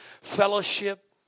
Fellowship